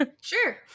Sure